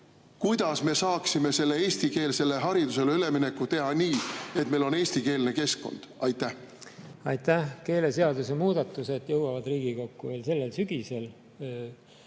Kuidas me saaksime selle eestikeelsele haridusele ülemineku teha nii, et meil on eestikeelne keskkond? Aitäh! Keeleseaduse muudatused jõuavad Riigikokku veel sellel sügisel.